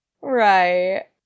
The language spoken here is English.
Right